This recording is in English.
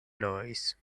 noise